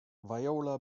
viola